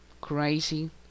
crazy